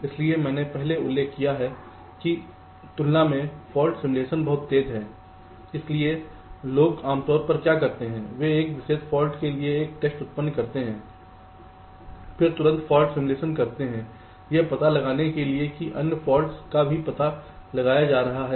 इसलिए मैंने पहले उल्लेख किया है कि तुलना में फाल्ट सिमुलेशन बहुत तेज है इसलिए लोग आमतौर पर क्या करते हैं वे एक विशेष फाल्ट के लिए एक टेस्ट उत्पन्न करते हैं फिर तुरंत फाल्ट सिमुलेशन करते हैं यह पता लगाने के लिए कि अन्य फॉल्ट्स का भी पता लगाया जा रहा है